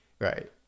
right